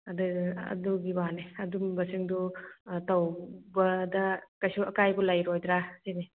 ꯑꯗꯨ ꯑꯗꯨꯒꯤ ꯋꯥꯅꯤ ꯑꯗꯨꯒꯨꯝꯕꯁꯤꯡꯗꯨ ꯇꯧꯕꯗ ꯀꯩꯁꯨ ꯑꯀꯥꯏꯕ ꯂꯩꯔꯣꯏꯗ꯭ꯔ ꯁꯤꯅꯤ